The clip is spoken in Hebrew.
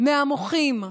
מן המוחים,